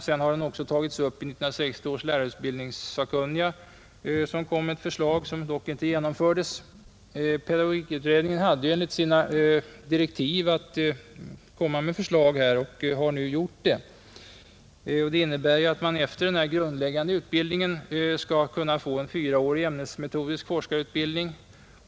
Senare togs den upp av 1960 års lärarutbildningssakkunniga som kom med ett förslag, vilket dock inte genomfördes, Pedagogikutredningen hade att enligt sina direktiv pröva frågan och har lagt fram ett förslag, som innebär att man efter den grundläggande utbildningen skall kunna få en fyraårig ämnesmetodisk forskarutbildning.